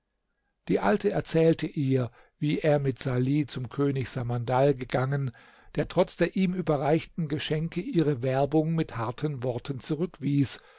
die alte erzählte ihr wie er mit salih zum könig samandal gegangen der trotz der ihm überreichten geschenke ihre werbung mit harten worten zurückwies